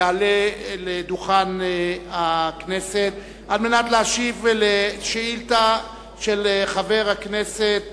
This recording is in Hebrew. יעלה לדוכן הכנסת על מנת להשיב על שאילתא של חבר הכנסת